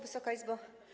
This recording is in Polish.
Wysoka Izbo!